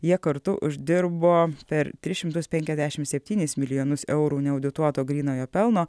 jie kartu uždirbo per tris šimtus penkiasdešimt septynis milijonus eurų neaudituoto grynojo pelno